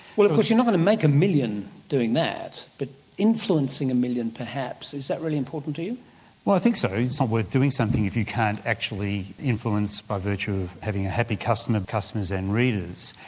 of course you're not going to make a million doing that, but influencing a million perhaps is that really important to you? well, i think so, it's not worth doing something if you can't actually influence by virtue of having ah happy customers customers and readers.